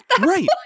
Right